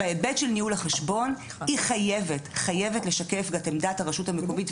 בהיבט של ניהול החשבון היא חייבת לשקף את עמדת הרשות המקומית,